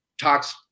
talks